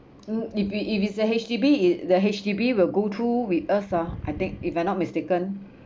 if it if it's a H_D_B the H_D_B will go through with us ah I think if I'm not mistaken